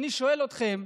אני שואל אתכם: